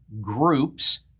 groups